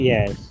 Yes